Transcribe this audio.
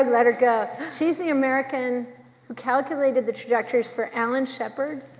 um let her go. she's the american who calculated the trajectories for alan shepherd,